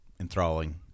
enthralling